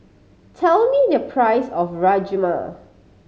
tell me the price of Rajma